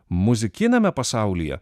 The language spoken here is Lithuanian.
muzikiniame pasaulyje